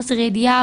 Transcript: חוסר ידיעה,